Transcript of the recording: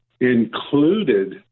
included